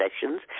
sessions